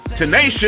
tenacious